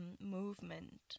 movement